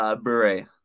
Beret